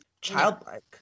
childlike